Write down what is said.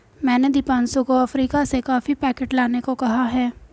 मैंने दीपांशु को अफ्रीका से कॉफी पैकेट लाने को कहा है